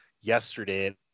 yesterday